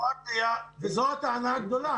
זו הטענה הגדולה.